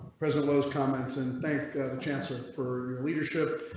president's comments and think the chancellor for leadership.